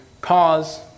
cause